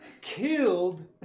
killed